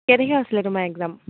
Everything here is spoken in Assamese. কেই তাৰিখে হৈছিলে তোমাৰ এক্সাম